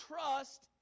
Trust